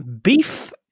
Beef